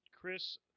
Chris